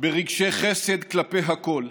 ברגשי חסד כלפי הכול,